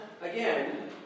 again